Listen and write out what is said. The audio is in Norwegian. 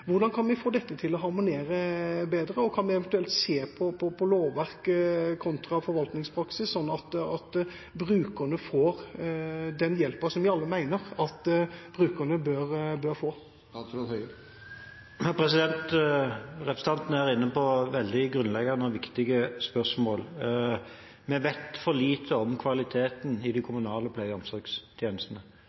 Hvordan kan vi få dette til å harmonere bedre, og kan vi eventuelt se på lovverket kontra forvaltningspraksis, sånn at brukerne får den hjelpen som vi alle mener at brukerne bør få? Representanten er her inne på veldig grunnleggende og viktige spørsmål. Vi vet for lite om kvaliteten i de kommunale pleie- og omsorgstjenestene.